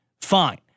fine